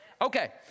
Okay